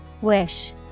Wish